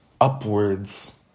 upwards